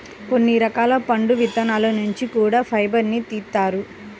కొన్ని రకాల పండు విత్తనాల నుంచి కూడా ఫైబర్ను తీత్తారు